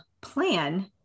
plan